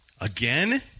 Again